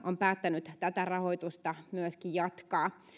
on päättänyt tätä rahoitusta myöskin jatkaa